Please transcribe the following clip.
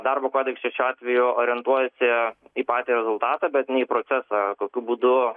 darbo kodeksas šiuo atveju orientuojasi į patį rezultatą bet ne į procesą kokiu būdu